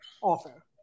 offer